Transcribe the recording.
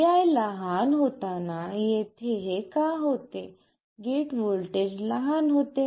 vi लहान होताना येथे हे का होते गेट व्होल्टेज लहान होते